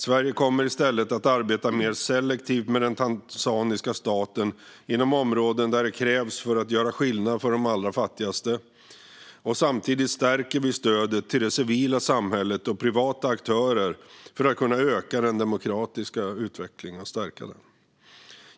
Sverige kommer i stället att arbeta mer selektivt med den tanzaniska staten inom områden där det krävs för att göra skillnad för de allra fattigaste. Samtidigt ökar vi stödet till det civila samhället och privata aktörer för att kunna stärka den demokratiska utvecklingen.